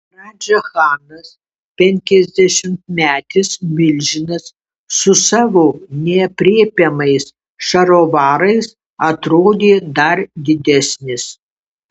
radža chanas penkiasdešimtmetis milžinas su savo neaprėpiamais šarovarais atrodė dar didesnis